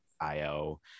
Io